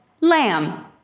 lamb